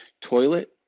toilet